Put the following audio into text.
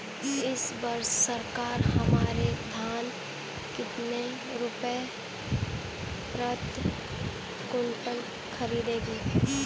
इस वर्ष सरकार हमसे धान कितने रुपए प्रति क्विंटल खरीदेगी?